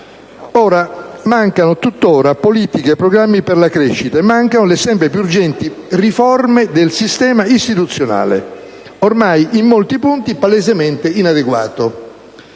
Sede. Mancano tuttora politiche e programmi per la crescita e mancano le sempre più urgenti riforme del sistema istituzionale, ormai in molti punti palesemente inadeguato.